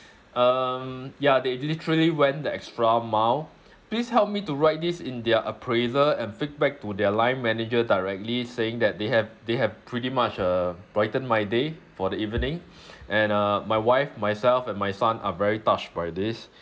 um ya they literally went the extra mile please help me to write this in their appraisal and feedback to their line manager directly saying that they have they have pretty much uh brightened my day for the evening and uh my wife myself and my son are very touched by this